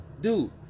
dude